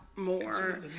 More